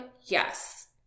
Yes